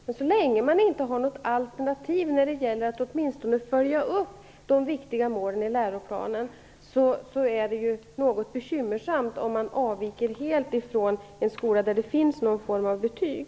Men så länge man inte har något alternativ, åtminstone när det gäller att följa upp de viktiga målen i läroplanen, är det något bekymmersamt att helt avvika från ett system med en skola där det finns någon form av betyg.